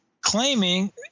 claiming